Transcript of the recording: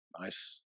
Nice